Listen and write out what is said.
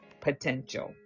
potential